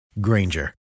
Granger